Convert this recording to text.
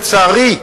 לצערי,